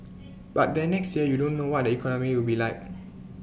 but then next year you don't know what the economy will be like